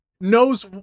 knows